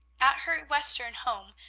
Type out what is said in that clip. at her western home,